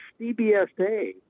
CBSA